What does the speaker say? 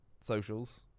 socials